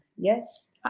Yes